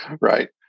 right